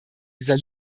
dieser